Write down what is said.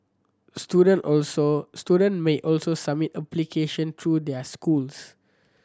student also student may also submit application through their schools